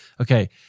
Okay